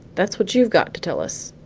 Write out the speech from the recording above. that's what you've got to tell us!